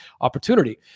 opportunity